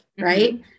right